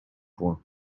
points